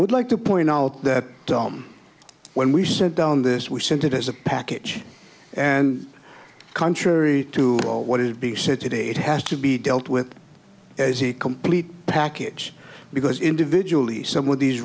would like to point out that dome when we set down this we sent it as a package and contrary to what is being said today it has to be dealt with as a complete package because individually some with these